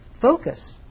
focus